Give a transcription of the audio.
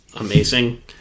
amazing